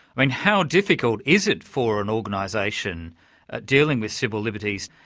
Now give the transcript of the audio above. i mean how difficult is it for an organisation ah dealing with civil liberties,